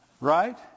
Right